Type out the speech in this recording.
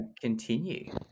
continue